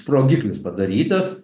sprogiklis padarytas